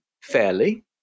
fairly